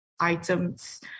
items